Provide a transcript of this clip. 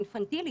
אינפנטילית,